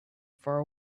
for